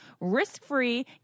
risk-free